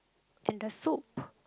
and the soup